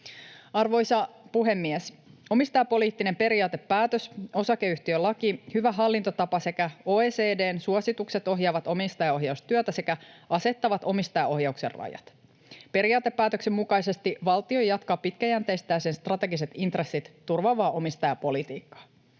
Arvoisa puhemies! Omistajapoliittinen periaatepäätös, osakeyhtiölaki, hyvä hallintotapa sekä OECD:n suositukset ohjaavat omistajaohjaustyötä sekä asettavat omistajaohjauksen rajat. Periaatepäätöksen mukaisesti valtio jatkaa pitkäjänteistä ja sen strategiset intressit turvaavaa omistajapolitiikkaa.